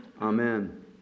Amen